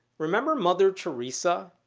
remember mother teresa?